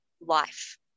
life